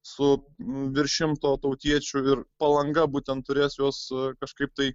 su virš šimto tautiečių ir palanga būtent turės juos kažkaip tai